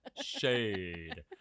Shade